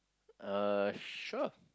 uh sure